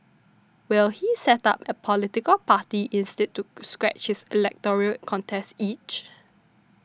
will he set up a political party instead to scratch his electoral contest itch